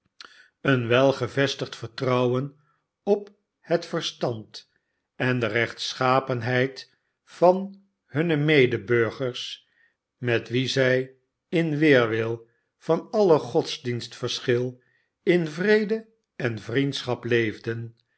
een wel gevestigd vertrouwen op het verstand en de rechtschapenheid van hunne medeburgers met wie zij in weerwil van alle godsdienstverschil in vrede en vriendschap leefden